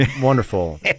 wonderful